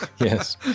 Yes